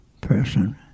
person